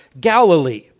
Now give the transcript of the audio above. Galilee